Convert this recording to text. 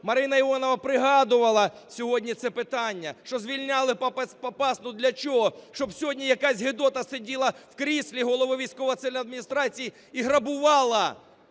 Марина Іонова пригадувала сьогодні це питання, що звільняли Попасну для чого? Щоб сьогодні якась гидота сиділа в кріслі голови військово-цивільної адміністрації і грабувала